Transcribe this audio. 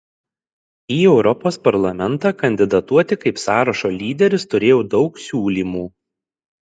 į europos parlamentą kandidatuoti kaip sąrašo lyderis turėjau daug siūlymų